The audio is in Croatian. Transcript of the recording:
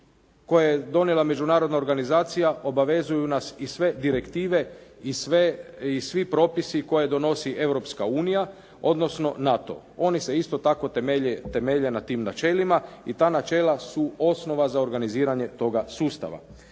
koje je donijela međunarodna organizacija obavezuju nas i sve direktive i svi propisi koje donosi Europska unija, odnosno NATO. Oni se isto tako temelje na tim načelima i ta načela su osnova za organiziranje toga sustava.